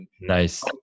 Nice